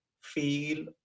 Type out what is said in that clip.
feel